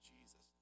Jesus